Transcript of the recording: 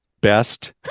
best